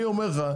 אני אומר לך,